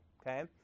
okay